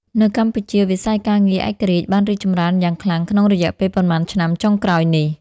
នៅកម្ពុជាវិស័យការងារឯករាជ្យបានរីកចម្រើនយ៉ាងខ្លាំងក្នុងរយៈពេលប៉ុន្មានឆ្នាំចុងក្រោយនេះ។